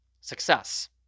success